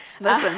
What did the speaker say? Listen